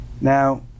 Now